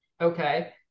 Okay